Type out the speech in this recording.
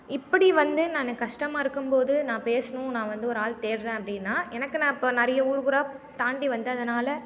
இப்படி வந்து நான் கஷ்டமாக இருக்கும் போது நான் பேசணும் நான் வந்து ஒரு ஆள் தேடுகிறேன் அப்படினா எனக்கு நான் இப்போ நிறைய ஊர் ஊராக தாண்டி வந்ததினால